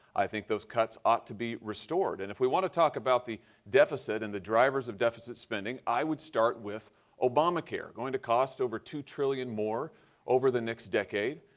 i think those cuts ought to be restored and if we want to talk about the deficit and the drivers of deft spending, i would start with obamacare. going to cost over two trillion more over the next decade.